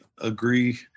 agree